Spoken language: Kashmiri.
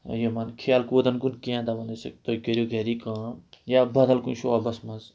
یِمَن کھیل کوٗدَن کُن کینٛہہ دَپان ٲسِکھ تُہۍ کٔرِو گَری کٲم یا بَدَل کُنہِ شوبَس منٛز